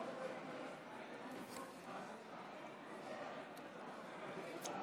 61. לפיכך,